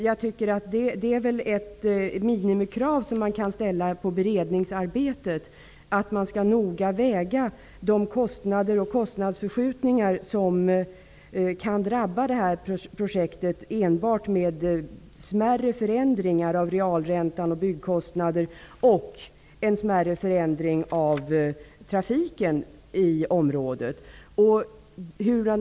Jag tycker att ett minimikrav som skall kunna ställas på beredningsarbetet är att man noga skall väga de kostnader och kostnadsförskjutningar som redan smärre förändringar av realräntan och byggkostnader och en smärre förändring av trafiken i området kan orsaka.